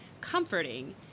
comforting